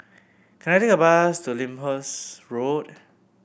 can I take a bus to Lyndhurst Road